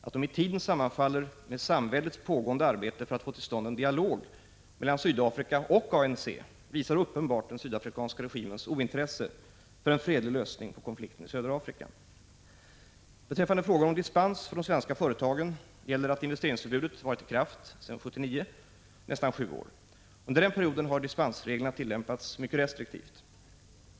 Att de i tiden sammanfaller med samväldets pågående arbete för att få till stånd en dialog mellan Sydafrika och ANC visar uppenbart den sydafrikanska regimens ointresse för en fredlig lösning på konflikten i södra Afrika. Beträffande frågan om dispens för de svenska företagen vill jag anföra följande. Investeringsförbudet har varit i kraft sedan juli 1979, dvs. i nästan sju år. Under denna period har dispensreglerna tillämpats mycket restriktivt.